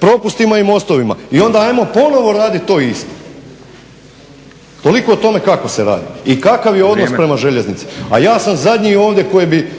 propustima i mostovima. I onda hajmo ponovno raditi to isto. Toliko o tome kako se radi i kakav je odnos prema željeznici. …/Upadica Stazić: Vrijeme./… A ja sam zadnji ovdje koji bi